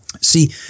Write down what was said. See